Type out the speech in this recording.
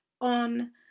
on